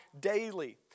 daily